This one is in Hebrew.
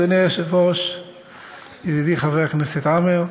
אדוני היושב-ראש ידידי חבר הכנסת עמאר,